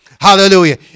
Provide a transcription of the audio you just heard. Hallelujah